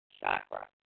chakra